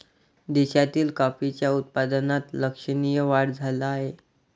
देशातील कॉफीच्या उत्पादनात लक्षणीय वाढ झाला आहे